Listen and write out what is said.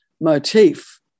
motif